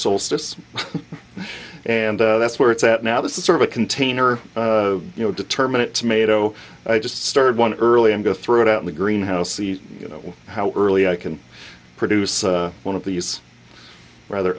solstice and that's where it's at now this is sort of a container you know determinant tomato i just started one early and go through it out the greenhouse see you know how early i can produce one of these rather